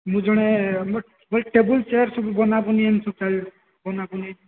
ମୁଁ ଜଣେ table chair ସବୁ ବନା ବୁନି ଏମିତି ସବୁ ଚାଲି ବନା ବୁନି